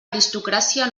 aristocràcia